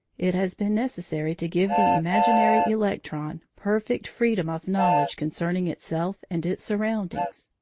it has been necessary to give the imaginary electron perfect freedom of knowledge concerning itself and its surroundings.